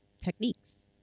techniques